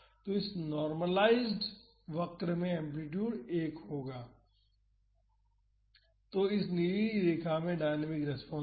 तो इस नॉर्मलाइज़्ड वक्र में एम्पलीटूड 1 होगा तो इस नीली रेखा में डायनामिक रेस्पॉन्स है